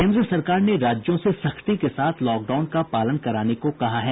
केन्द्र सरकार ने राज्यों से सख्ती के साथ लॉकडाउन का पालन कराने को कहा है